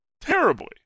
terribly